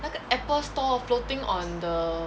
那个 apple store floating on the